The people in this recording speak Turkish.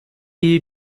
iyi